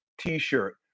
t-shirt